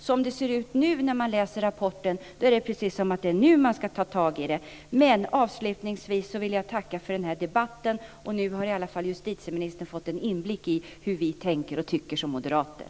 Som det ser ut när man läser rapporten är det precis nu man ska ta tag i det. Avslutningsvis vill jag tacka för den här debatten. Nu har justitieministern i alla fall fått en inblick i hur vi moderater tänker och tycker.